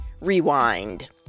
rewind